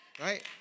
right